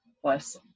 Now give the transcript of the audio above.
plus